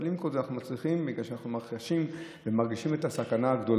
אבל עם כל זה אנחנו מצליחים בגלל שאנחנו חשים ומרגישים את הסכנה הגדולה,